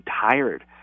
tired